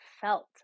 felt